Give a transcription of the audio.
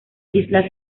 islas